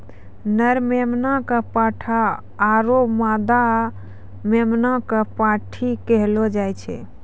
नर मेमना कॅ पाठा आरो मादा मेमना कॅ पांठी कहलो जाय छै